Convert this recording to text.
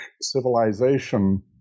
civilization